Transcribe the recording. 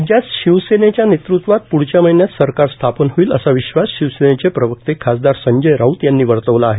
राज्यात शिवसेनेच्या नेतृत्वात प्ढच्या महिन्यात सरकार स्थापन होईल असा विश्वास शिवसेनेचे प्रवक्ते खासदार संजय राऊत यांनी वर्तवला आहे